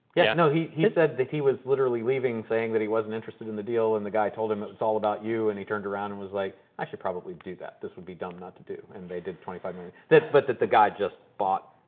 yeah, you know he he said that he was literally leaving saying that he wasn't interested in the deal and the guy told him that it's all about you. and he turned around and was like, i should probably do that. this would be dumb not to do. and they did twenty five minutes, but the guy just bought,